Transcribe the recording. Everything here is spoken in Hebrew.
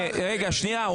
אני